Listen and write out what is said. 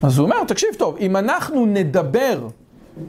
אז הוא אומר, תקשיב טוב, אם אנחנו נדבר...